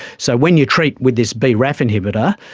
so when you treat with this braf inhibitor,